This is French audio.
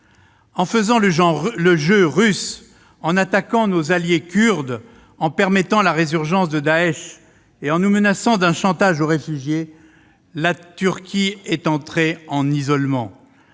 En faisant le jeu russe, en attaquant nos alliés kurdes, en permettant la résurgence de Daech et en nous menaçant d'un chantage aux réfugiés, la Turquie est entrée dans l'isolement.